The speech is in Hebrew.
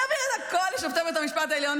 נעביר את הכול לשופטי בית המשפט העליון,